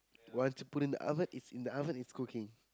once put in the oven it's in the oven it's cooking